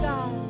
God